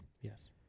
Yes